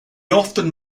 often